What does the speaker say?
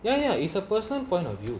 ya ya it's a personal point of view